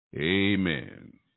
Amen